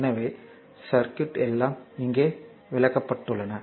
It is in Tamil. எனவே சர்க்யூட் எல்லாம் இங்கே விளக்கப்பட்டுள்ளன